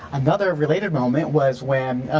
another related moment was when,